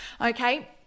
okay